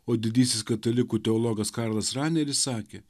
o didysis katalikų teologas karlas ranieris sakė